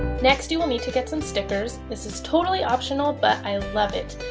next, you will need to get some stickers. this is totally optional but i love it!